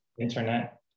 internet